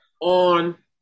on